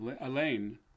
Elaine